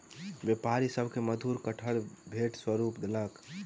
व्यापारी सभ के मधुर कटहर भेंट स्वरूप देलक